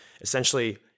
essentially